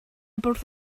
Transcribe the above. bwrdd